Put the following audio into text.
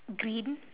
green